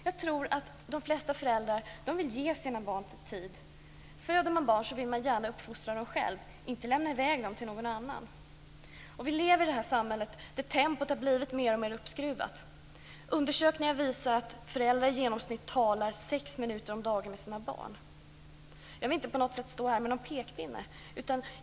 Jag tror att de flesta föräldrar vill ge sina barn tid. Föder man barn vill man gärna uppfostra dem själv, inte lämna iväg dem till någon annan. Vi lever i det här samhället där tempot har blivit mer och mer uppskruvat. Undersökningar visar att föräldrar i genomsnitt talar sex minuter om dagen med sina barn. Jag vill inte på något sätt stå här med någon pekpinne.